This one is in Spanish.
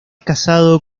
casado